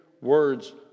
words